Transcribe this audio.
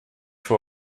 für